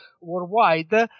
worldwide